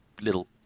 little